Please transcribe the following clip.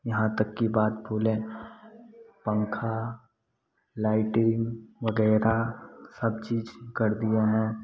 यहाँ तक कि बात बोलें पंखा लाइटिंग वगैरह सब चीज़ कर दिए हैं